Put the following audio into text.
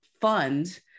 fund